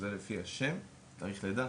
אלא מזוהה לפי שם ותאריך לידה,